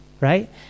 right